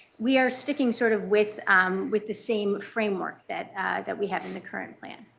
we are sticking sort of with with the same framework that that we have in the current plan.